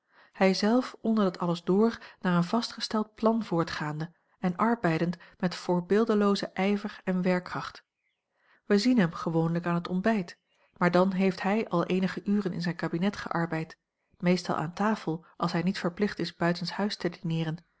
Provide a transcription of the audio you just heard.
hij zelf onder dat alles door naar een vastgesteld plan voortgaande en arbeidend met voorbeeldeloozen ijver en werkkracht wij zien hem gewoonlijk aan het ontbijt maar dan heeft hij al eenige uren in zijn kabinet gearbeid meestal aan tafel als hij niet verplicht is buitenshuis te dineeren